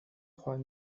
trois